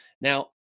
now